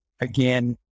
again